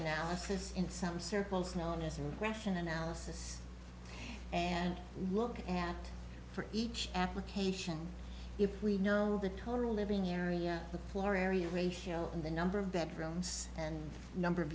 analysis in some circles known as a graph an analysis and looking at for each application if we know the total living area the floor area ratio and the number of bedrooms and number of